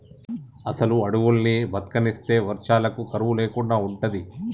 అసలు అడువుల్ని బతకనిస్తే వర్షాలకు కరువు లేకుండా ఉంటది